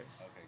Okay